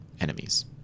enemies